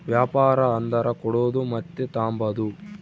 ವ್ಯಾಪಾರ ಅಂದರ ಕೊಡೋದು ಮತ್ತೆ ತಾಂಬದು